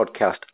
Podcast